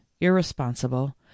irresponsible